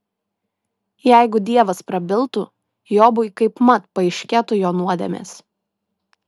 jeigu dievas prabiltų jobui kaipmat paaiškėtų jo nuodėmės